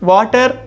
Water